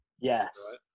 Yes